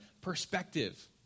perspective